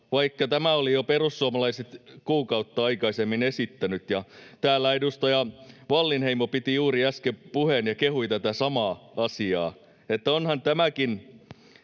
vaikka tämän oli jo perussuomalaiset kuukautta aikaisemmin esittänyt. Ja täällä edustaja Wallinheimo piti juuri äsken puheen ja kehui tätä samaa asiaa, että onhan tämäkin